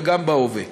וגם בהווה.